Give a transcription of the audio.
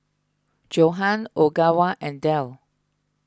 Johan Ogawa and Dell